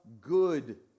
good